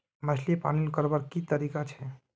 मछली पालन करवार की तरीका छे?